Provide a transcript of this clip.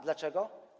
Dlaczego?